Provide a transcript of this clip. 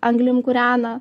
anglim kūrena